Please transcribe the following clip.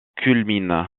culmine